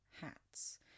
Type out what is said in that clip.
hats